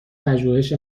پژوهش